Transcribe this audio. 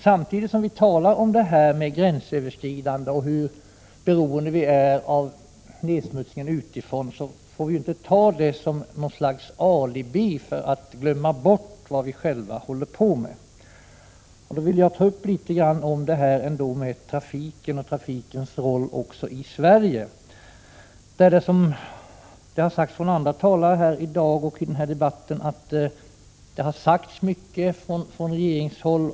Vi får dock inte använda debatten om gränsöverskridanden och om hur vi utsätts för nedsmutsning utifrån som något slags ursäkt för att glömma bort vad vi själva håller på med. Jag vill ta upp den roll som trafiken också i Sverige spelar i dessa sammanhang. Det har sagts av andra talare i debatten i dag att det gjorts många uttalanden härom från regeringshåll.